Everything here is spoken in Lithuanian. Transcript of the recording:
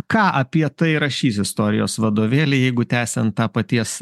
ką apie tai rašys istorijos vadovėliai jeigu tęsiant tą paties